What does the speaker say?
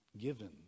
given